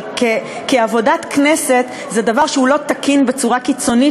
אבל כעבודת הכנסת זה דבר שהוא לא תקין בצורה קיצונית,